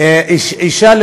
אה, הבנתי.